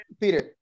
Peter